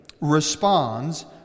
responds